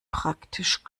praktisch